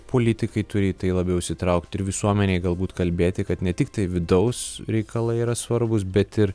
politikai turi į tai labiau įsitraukti ir visuomenei galbūt kalbėti kad ne tiktai vidaus reikalai yra svarbūs bet ir